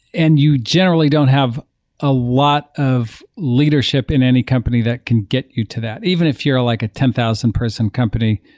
and you generally don't have a lot of leadership in any company that can get you to that, even if you're like a ten thousand person company,